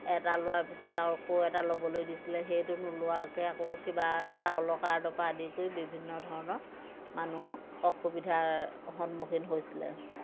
এটা লোৱাৰ পিছত আকৌ এটা ল'বলৈ দিছিল সেইটো নোলোৱাকৈ আকৌ কিবা চাউলৰ কাৰ্ডৰ পৰা আদি কৰি বিভিন্ন ধৰণৰ মানুহক অসুবিধাৰ সন্মুখীন হৈছিলে